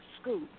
school